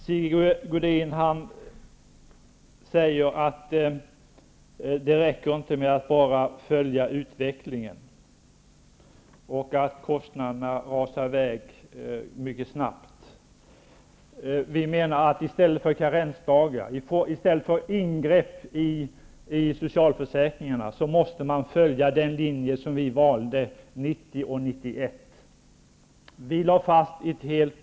Sigge Godin säger att det inte räcker med att följa utvecklingen och att kostnaderna rasar i väg mycket snabbt. Men i stället för att göra ingrepp i socialförsäkringarna med karensdagar, måste man följa den linje vi valde 1990 och 1991.